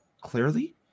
clearly